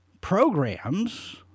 programs